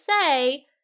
say